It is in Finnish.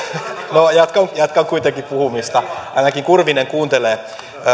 no jatkan jatkan kuitenkin puhumista ainakin kurvinen kuuntelee